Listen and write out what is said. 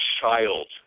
child